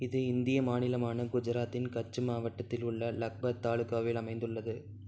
இது இந்திய மாநிலமான குஜராத்தின் கச்சு மாவட்டத்தில் உள்ள லக்பத் தாலுகாவில் அமைந்துள்ளது